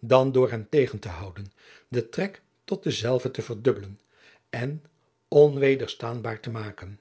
dan door hem tegen te houden den trek tot dezelve te verdubbelen en onwederstaanbaar te maken